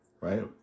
right